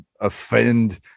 offend